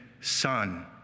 son